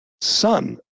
son